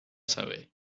saber